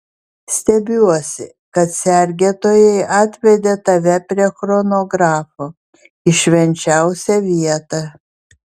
stebiuosi kad sergėtojai atvedė tave prie chronografo į švenčiausią vietą